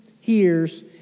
hears